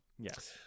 Yes